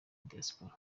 diaspora